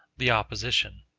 the opposition.